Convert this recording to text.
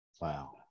Wow